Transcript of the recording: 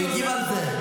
הוא הגיב על זה,